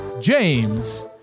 James